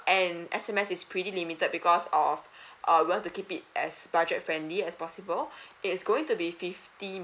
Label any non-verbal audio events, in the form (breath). and S_M_S it's pretty limited because of (breath) uh we want to keep it as budget friendly as possible (breath) it's going to be fifty minutes